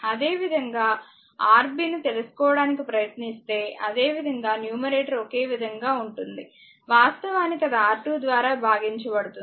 అదేవిధంగా Rb ను తెలుసుకోవడానికి ప్రయత్నిస్తే అదేవిధంగా న్యూమరేటర్ ఒకే విధంగా ఉంటుంది వాస్తవానికి అది R2 ద్వారా భాగించబడుతుంది